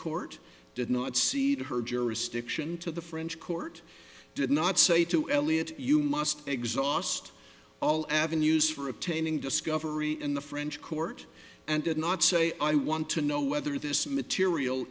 court did not see to her jurisdiction to the french court did not say to elliott you must exhaust all avenues for obtaining discovery in the french court and did not say i want to know whether this material